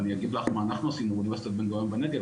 ואני אגיד לך מה אנחנו עשינו באוניברסיטת בן גוריון בנגב